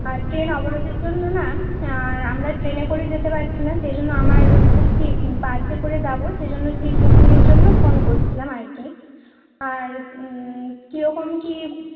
আর train অবরোধের জন্য না আমরা ট্রেনে করে যেতে পারছি না সেজন্য আমার হচ্ছে সি বাসে করে যাব সেজন্য সিট বুকিংয়ের জন্য ফোন করছিলাম আর কি আর কীরকম কী